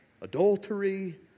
adultery